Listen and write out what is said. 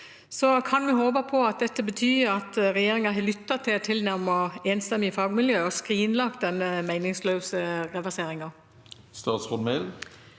Kan vi håpe på at dette betyr at regjeringen har lyttet til et tilnærmet enstemmig fagmiljø og skrinlagt denne meningsløse reverseringen?